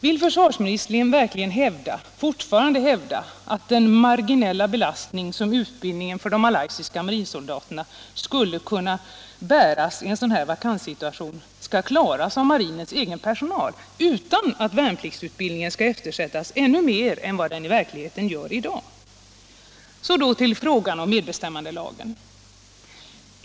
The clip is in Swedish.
Vill försvarsministern fortfarande hävda att ”den marginella belastning” som utbildningen av de malaysiska marinsoldaterna skulle innebära i en sådan här vakanssituation skall klaras av marinens egen personal utan att värnpliktsutbildningen skall eftersättas ännu mer än vad den gör i dag? Så till frågan om medbestämmandelagen.